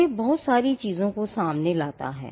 यह बहुत सारी चीज़ों को सामने लाता है